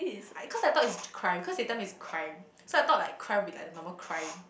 I cause I thought is crime cause they tell me is crime so I thought like crime will be like a normal crime